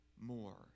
more